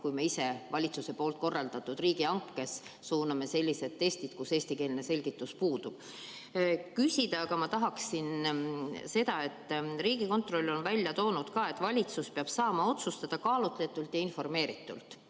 kui valitsuse korraldatud riigihankes hangitakse sellised testid, kus eestikeelne selgitus puudub. Küsida aga tahan selle kohta, et Riigikontroll on välja toonud ka, et valitsus peab saama otsustada kaalutletult ja informeeritult.